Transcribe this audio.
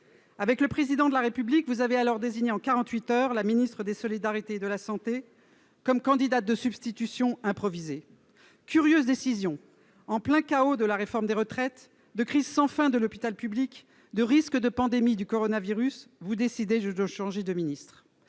Avec le Président de la République, vous avez alors désigné, en quarante-huit heures, la ministre des solidarités et de la santé comme candidate de substitution improvisée. Curieuse décision : en plein chaos de la réforme des retraites, de crise sans fin de l'hôpital public et de risque de pandémie du coronavirus, vous décidez de changer de ministre